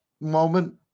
moment